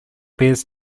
bears